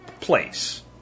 place